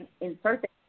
insert